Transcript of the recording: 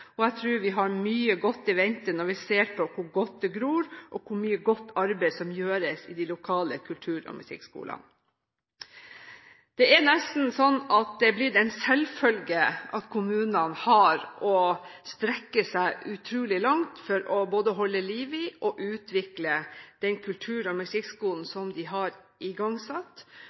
og jeg tror vi har mye godt i vente når vi ser hvor godt det gror, og hvor mye godt arbeid som gjøres i de lokale musikk- og kulturskolene. Det er nesten slik at det er blitt en selvfølge at kommunene har et tilbud og strekker seg utrolig langt for å både holde liv i og utvikle den musikk- og kulturskolen som de har igangsatt.